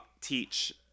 teach